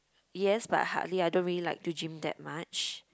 yes but hardly I don't really like to gym that much